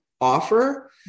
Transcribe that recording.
offer